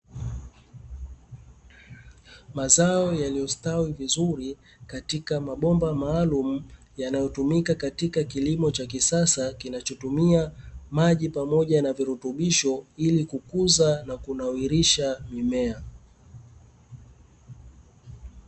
Mazao yaliyostawi vizuri katika mabomba maalumu yanayotumika katika kilimo cha kisasa kinachotumia maji pamoja na virutubisho ili kukuza na kunawirisha mimea.